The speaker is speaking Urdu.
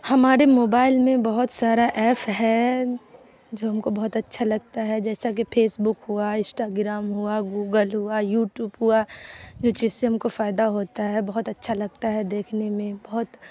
ہمارے موبائل میں بہت سارا ایف ہے جو ہم کو بہت اچھا لگتا ہے جیسا کہ پھیس بک ہوا اشٹاگرام ہوا گوگل ہوا یوٹیوب ہوا جس چیز سے ہم کو فائدہ ہوتا ہے بہت اچھا لگتا ہے دیکھنے میں بہت